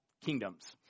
kingdoms